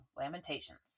Lamentations